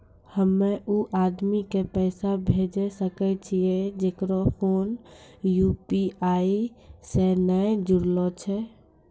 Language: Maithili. हम्मय उ आदमी के पैसा भेजै सकय छियै जेकरो फोन यु.पी.आई से नैय जूरलो छै?